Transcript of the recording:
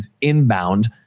inbound